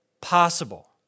possible